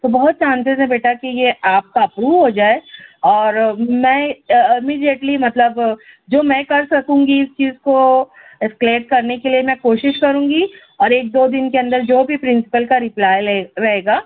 تو بہت چانسز ہے بیٹا کہ یہ آپ کا اپروو ہو جائے اور میں امی ڈیٹلی مطلب جو میں کر سکوں گی اِس چیز کو اسکلیب کرنے کے لیے میں کوشش کروں گی اور ایک دو دِن کے اندر جو بھی پرنسپل ریپلائی لے رہے گا